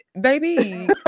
baby